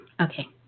Okay